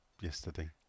yesterday